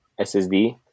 SSD